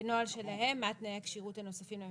בנוהל שלהם מה תנאי הכשירות הנוספים למפקח.